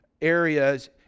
areas